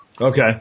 Okay